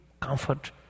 comfort